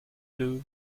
blue